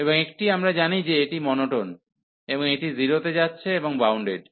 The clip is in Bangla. এবং একটি আমরা জানি যে এটি মোনোটোন এবং এটি 0 তে যাচ্ছে এবং বাউন্ডেড